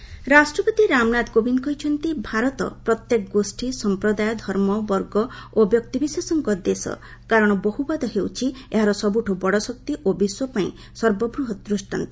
ପ୍ରେକ୍ ଆର୍ ଡେ ରାଷ୍ଟ୍ରପତି ରାମନାଥ କୋବିନ୍ଦ କହିଛନ୍ତି ଭାରତ ପ୍ରତ୍ୟେକ ଗୋଷୀ ସମ୍ପ୍ରଦାୟ ଧର୍ମ ବର୍ଗ ଓ ବ୍ୟକ୍ତିବିଶେଷଙ୍କ ଦେଶ କାରଣ ବହୁବାଦ ହେଉଛି ଏହାର ସବୁଠୁ ବଡ ଶକ୍ତି ଓ ବିଶ୍ୱ ପାଇଁ ସର୍ବ ବୃହତ ଦୃଷ୍ଟାନ୍ତ